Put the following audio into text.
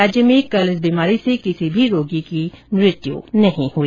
राज्य में कल इस बीमारी से किसी भी रोगी की मृत्यु नहीं हुई